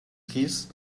keys